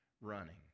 running